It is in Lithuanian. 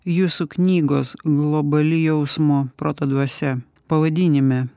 jūsų knygos globali jausmo proto dvasia pavadinime